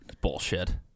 Bullshit